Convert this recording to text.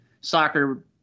soccer